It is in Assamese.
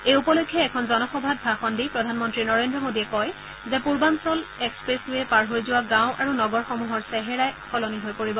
এই উপলক্ষে এখন জনসভাত ভাষণ দি প্ৰধানমন্ত্ৰী নৰেন্দ্ৰ মোদীয়ে কয় যে পূৰ্বাঞল এক্সপ্ৰেছৰেটোৱে পাৰ হৈ যোৱা গাঁও আৰু নগৰসমূহৰ চেহেৰাই সলনি কৰি দিব